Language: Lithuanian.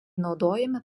naudojami